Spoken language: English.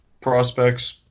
prospects